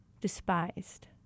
despised